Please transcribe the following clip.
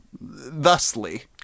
Thusly